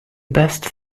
best